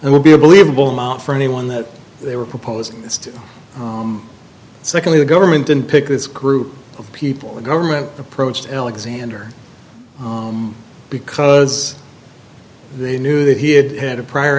would be a believable amount for anyone that they were proposing this to secondly the government didn't pick this group of people the government approached alexander because they knew that he had had a prior